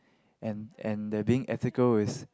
and and that being ethical is